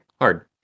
Hard